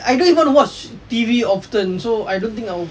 I don't even watch T_V often so I don't think I'll